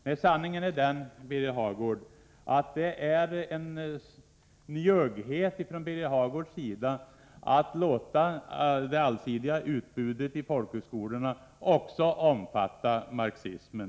Nej, sanningen är den, att det är en njugghet från Birger Hagårds sida i vad gäller att låta det allsidiga utbudet i folkhögskolorna också omfatta marxismen.